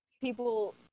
people